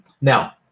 Now